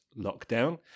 lockdown